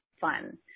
fun